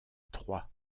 trois